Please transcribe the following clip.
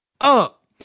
up